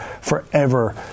forever